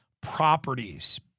properties